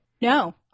no